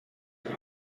set